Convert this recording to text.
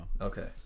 Okay